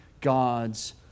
God's